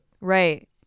Right